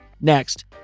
Next